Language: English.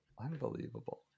Unbelievable